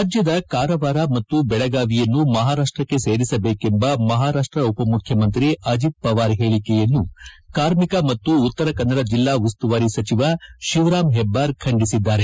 ರಾಜ್ಯದ ಕಾರವಾರ ಮತ್ತು ಬೆಳಗಾವಿಯನ್ನು ಮಹಾರಾಷ್ಟಕ್ಕೆ ಸೇರಿಸಬೇಕೆಂಬ ಮಹಾರಾಷ್ಟ ಉಪಮುಖ್ಯಮಂತ್ರಿ ಅಜಿತ್ ಪವಾರ್ ಹೇಳಿಕೆಯನ್ನು ಕಾರ್ಮಿಕ ಮತ್ತು ಉತ್ತರ ಕನ್ನಡ ಜಿಲ್ಲಾ ಉಸ್ತುವಾರಿ ಸಚಿವ ಶಿವರಾಮ್ ಹೆಬ್ಬಾರ್ ಖಂಡಿಸಿದ್ದಾರೆ